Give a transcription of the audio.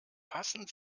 passen